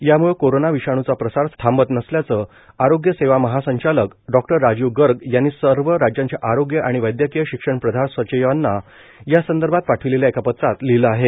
याम्ळं कोरोना विषाण्चा प्रसार थांबत नसल्याचं आरोग्य सेवा महासंचालक डॉक्टर राजीव गर्ग यांनी सर्व राज्यांच्या आरोग्य आणि वैदयकीय शिक्षण प्रधान सचिवांना या संदर्भात पाठविलेल्या एका पत्रात लिहिलं आहे